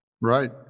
right